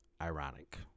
Ironic